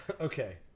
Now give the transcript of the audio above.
Okay